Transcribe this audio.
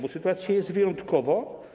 Bo sytuacja jest wyjątkowa.